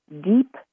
Deep